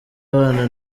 abana